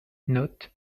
note